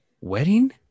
Wedding